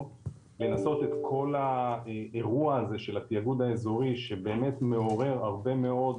את כל האירוע הזה של התאגוד האזורי שבאמת מעורר הרבה מאוד